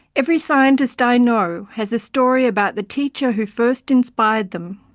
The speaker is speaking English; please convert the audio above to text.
every scientist i know has a story about the teacher who first inspired them.